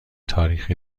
تاریخ